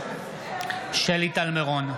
שלי טל מירון,